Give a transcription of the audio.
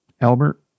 Albert